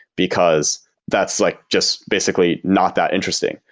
because that's like just basically not that interesting.